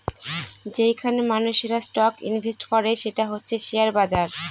যেইখানে মানুষেরা stock invest করে সেটা হচ্ছে শেয়ার বাজার